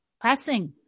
pressing